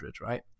right